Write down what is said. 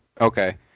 okay